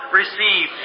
receive